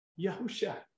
Yahusha